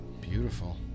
Beautiful